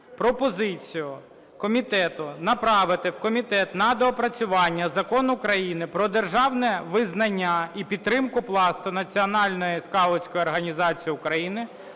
пропозицію комітету направити в комітету на доопрацювання Закон України "Про державне визнання і підтримку Пласту - Національної скаутської організації України"